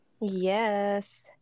Yes